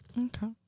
Okay